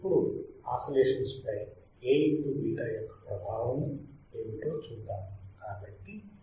ఇప్పుడు ఆసిలేషన్స్ పై Aβ యొక్క ప్రభావము ఏమిటో చూద్దాము